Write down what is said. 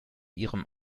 ihrem